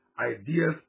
ideas